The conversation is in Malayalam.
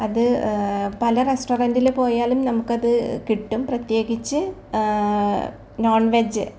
അത് പല റെസ്റ്റൊറൻറ്റില് പോയാലും നമുക്കത് കിട്ടും പ്രത്യേകിച്ച് നോൺ വെജ്ജ്